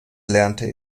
lernte